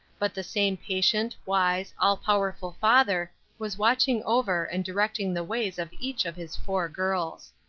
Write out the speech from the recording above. but the same patient, wise, all-powerful father was watching over and directing the ways of each of his four girls.